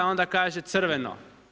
Onda kaže crveno.